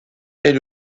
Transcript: est